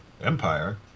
empire